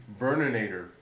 Burninator